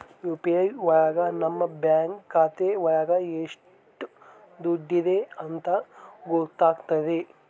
UPI ಒಳಗ ನಮ್ bank ಖಾತೆ ಒಳಗ ಎಷ್ಟ್ ದುಡ್ಡಿದೆ ಅಂತ ಗೊತ್ತಾಗ್ತದೆ